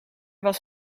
was